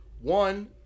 one